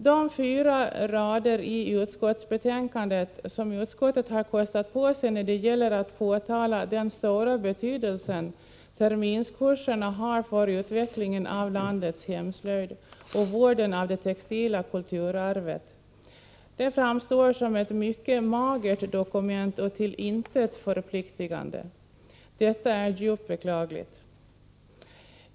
De fyra rader i utskottsbetänkandet som utskottet har kostat på sig när det gäller att betona den stora betydelse som terminskurserna har för utvecklingen av landets hemslöjd och vården av det textila kulturarvet framstår som ett mycket magert och till intet förpliktande dokument. Detta är djupt beklagligt.